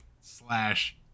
slash